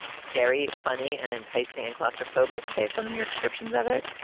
very funny and enticing and claustrophobic. based on your descriptions of it,